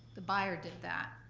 the buyer did that,